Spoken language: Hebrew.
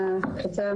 רפואית,